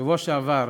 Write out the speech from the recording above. בשבוע שעבר